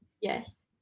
Yes